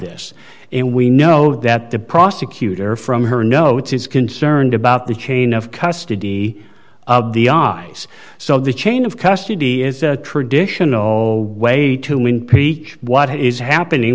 this and we know that the prosecutor from her notes is concerned about the chain of custody of the ice so the chain of custody is a traditional way to impeach what is happening